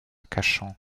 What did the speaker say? cachan